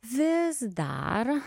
vis dar